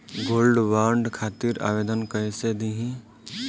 Gold bond खातिर आवेदन कैसे दिही?